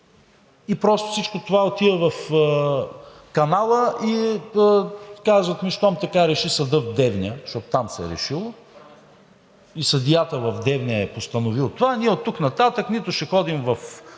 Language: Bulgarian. Просто всичко това отива в канала и ми казват: щом така реши съдът в Девня, защото там се е решило и съдията в Девня е постановил това, ние оттук нататък нито ще ходим